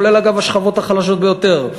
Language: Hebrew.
כולל השכבות החלשות ביותר.